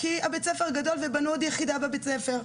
כי בית הספר גדול ובנו עוד יחידה בבית הספר,